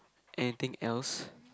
anything else